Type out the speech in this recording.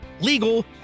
legal